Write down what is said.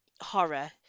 horror